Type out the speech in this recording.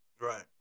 Right